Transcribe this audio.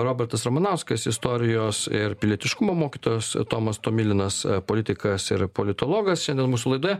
robertas ramanauskas istorijos ir pilietiškumo mokytojas tomas tomilinas politikas ir politologas šiandien mūsų laidoje